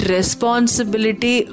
Responsibility